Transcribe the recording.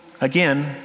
again